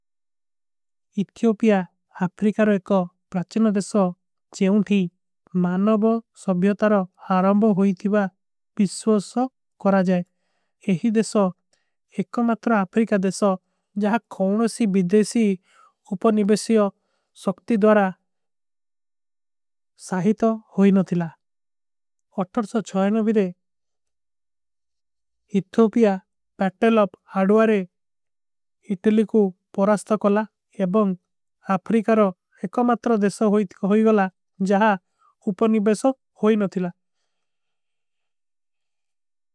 ଇତ୍ଯୋପିଯା ଅଫ୍ରିକାରୋ ଏକ ପ୍ରାଛନ ଦେଶୋ ଜୈଂଧୀ ମାନଵ ସଵ୍ଯୋତାରୋ। ହାରାଂବୋ ହୋଈତିଵା ବିଶ୍ଵସ କରାଜାଏ ଏହୀ ଦେଶୋ ଏକୋ ମାତ୍ର ଅଫ୍ରିକା। ଦେଶୋ ଜାହାଁ କୌନୋଂ ସୀ ବିଦେଶୀ ଉପନିବେଶିଯୋ ସକ୍ତି ଦୋରା ସାହିତୋ। ହୋଈ ନତିଲା ଏହୀ ଦେଶୋ ଏକୋ ମାତ୍ର ଅଫ୍ରିକାରୋ ଏକ ପ୍ରାଛନ ଦେଶୋ। ଜୈଂଧୀ ମାନଵ ସଵ୍ଯୋତାରୋ ହାରାଂବୋ ହୋଈତିଵା ବିଶ୍ଵସ କରାଜାଏ।